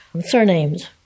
surnames